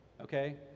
Okay